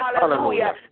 Hallelujah